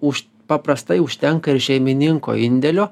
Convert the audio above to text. už paprastai užtenka ir šeimininko indėlio